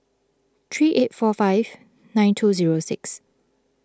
three eight four five nine two zero six